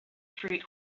street